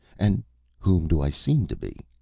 and whom do i seem to be?